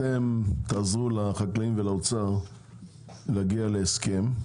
אתם תעזרו לחקלאים ולאוצר להגיע להסכם.